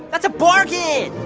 that's a bargain.